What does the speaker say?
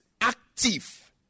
active